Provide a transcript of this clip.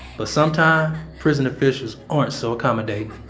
but sometime prison officials aren't so accommodating